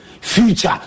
Future